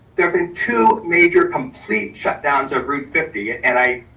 there've been two major complete shutdowns of route fifty. and i,